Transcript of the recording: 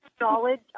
Knowledge